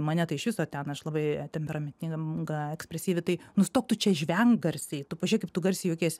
mane tai iš viso ten aš labai temperamentinga ekspresyvi tai nustok tu čia žvenkt garsiai tu pažiūrėk kaip tu garsiai juokiesi